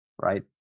right